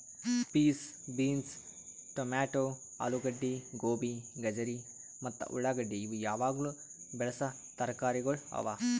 piece, beans, tomato, ಆಲೂಗಡ್ಡಿ, ಗೋಬಿ, ಗಜರಿ ಮತ್ತ ಉಳಾಗಡ್ಡಿ ಇವು ಯಾವಾಗ್ಲೂ ಬೆಳಸಾ ತರಕಾರಿಗೊಳ್ ಅವಾ